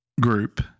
group